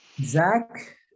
Zach